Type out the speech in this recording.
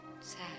sad